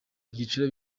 byiciro